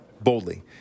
boldly